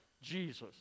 Jesus